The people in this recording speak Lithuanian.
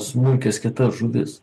smulkias kitas žuvis